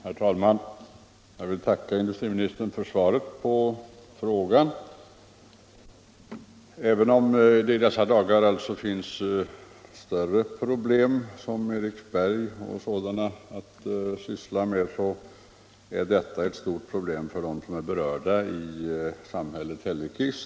Herr talman! Jag vill tacka industriministern för svaret på frågan. Även om det i dessa dagar finns större problem, som t.ex. Eriksberg, att syssla med så är sysselsättningen ett stort problem för de berörda i samhället Hällekis.